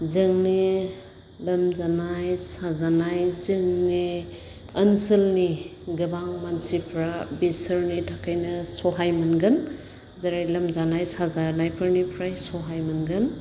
जोंनि लोमजानाय साजानाय जोंनि ओनसोलनि गोबां मानसिफ्रा बिसोरनि थाखायनो सहाय मोनगोन जेरै लोमजानाय साजानायफोरनिफ्राय सहाय मोनगोन